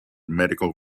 medical